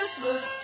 Christmas